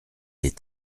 est